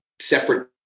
separate